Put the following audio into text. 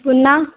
पुन्हा